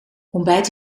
ontbijt